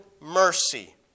mercy